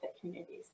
communities